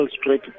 Street